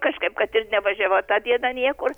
kažkaip kad ir nevažiavau tą dieną niekur